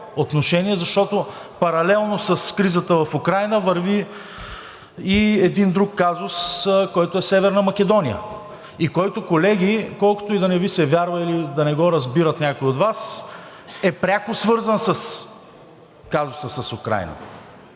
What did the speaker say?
защото паралелно с кризата в Украйна върви и един друг казус, който е Северна Македония, който, колеги, колкото и да не Ви се вярва, или да не го разбират някои от Вас, е пряко свързан с казуса с Украйна.